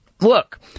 look